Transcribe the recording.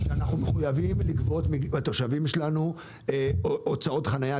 אנחנו מחויבים לגבות מהתושבים שלנו הוצאות חנייה,